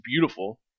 beautiful